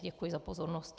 Děkuji za pozornost.